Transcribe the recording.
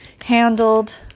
handled